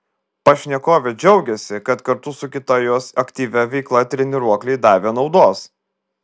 pašnekovė džiaugėsi kad kartu su kita jos aktyvia veikla treniruokliai davė naudos